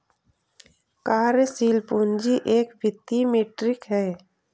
कार्यशील पूंजी एक वित्तीय मीट्रिक है